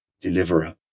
deliverer